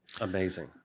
Amazing